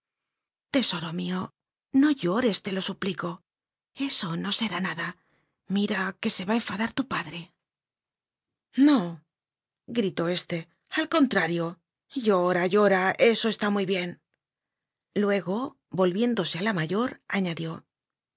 tesoro mio no llores te lo suplico eso no será nada mira que se va á enfadar tu padre no gritó este al contrario llora llora eso está muy bien luego volviéndose á la mayor añadió